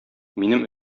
минем